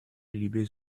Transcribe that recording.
liebe